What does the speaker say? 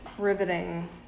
Riveting